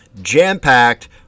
jam-packed